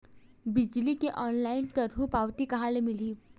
बिजली के ऑनलाइन करहु पावती कहां ले मिलही?